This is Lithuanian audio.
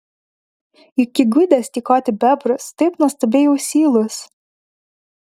juk įgudęs tykoti bebrus taip nuostabiai ausylus